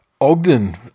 Ogden